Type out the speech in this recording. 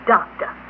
Doctor